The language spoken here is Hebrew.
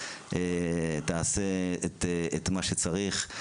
תעשה את מה שצריך.